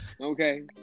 Okay